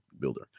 builder